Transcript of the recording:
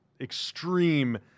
extreme